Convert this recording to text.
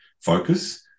focus